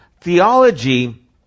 theology